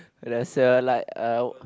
!alah! sia like uh